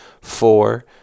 Four